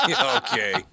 Okay